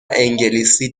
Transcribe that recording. انگلیسی